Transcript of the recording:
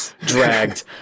dragged